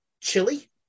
chili